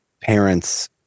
parents